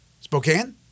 Spokane